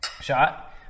Shot